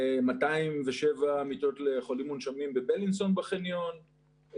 207 מיטות לחולים מונשמים בבלינסון בחניון,